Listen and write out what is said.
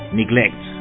neglect